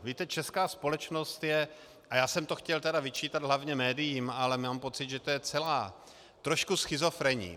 Víte, česká společnost je, a já jsem to chtěl vyčítat hlavně médiím, ale mám pocit, že to je celá, trošku schizofrenní.